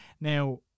Now